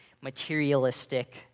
materialistic